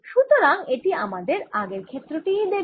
সুতরাং এটি আমাদের আগের ক্ষেত্রটিই দেবে